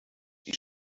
sie